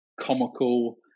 comical